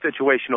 situational